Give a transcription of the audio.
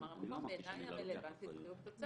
כלומר, בעיני המקום הרלוונטי הוא חיוב תוצאה.